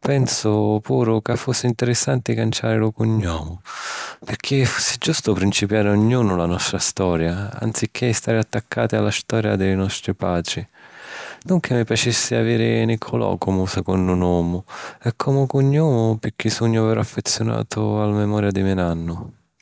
Pensu puru ca fussi ntirissanti canciari lu cugnomu picchì fussi giustu principiari ognunu la nostra storia, anzichì stari attaccati a la storia di li nostri patri. Dunca, mi piacissi aviri Niccolò comu secunnu nomu o comu cugnomu picchì sugnu veru affeziunatu a la memoria di me nannu.